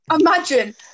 imagine